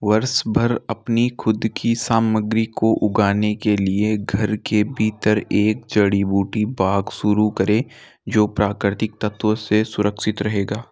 वर्षभर अपनी खुद की सामग्री को उगाने के लिए घर के भीतर एक जड़ी बूटी बाग शुरू करें जो प्राकृतिक तत्वों से सुरक्षित रहेगा